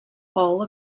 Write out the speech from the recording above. all